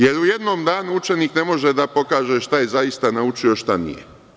Jer, u jednom danu učenik ne može da pokaže šta je zaista naučio a šta nije.